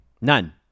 None